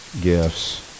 gifts